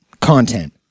content